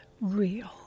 real